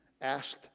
asked